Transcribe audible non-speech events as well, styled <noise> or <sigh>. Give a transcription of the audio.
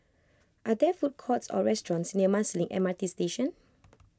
are there food courts or restaurants near Marsiling M R T Station <noise>